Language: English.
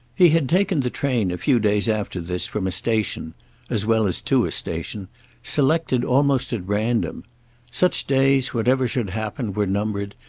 he had taken the train a few days after this from a station as well as to a station selected almost at random such days, whatever should happen, were numbered,